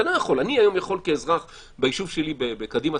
אני היום יכול כאזרח ביישוב שלי בקדימה-צורן,